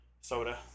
soda